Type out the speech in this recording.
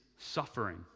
suffering